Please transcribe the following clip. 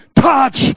touch